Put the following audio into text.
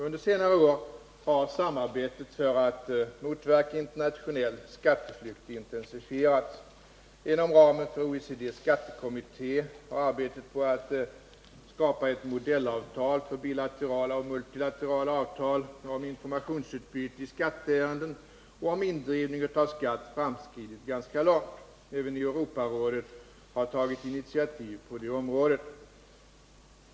Under senare år har samarbetet för att motverka internationell skatteflykt intensifierats. Inom ramen för OECD:s skattekommitté har arbetet på att skapa ett modellavtal för bilaterala och multilaterala avtal om informationsutbyte i skatteärenden och om indrivning av skatt framskridit ganska långt. Även Europarådet har tagit initiativ på detta område.